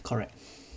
correct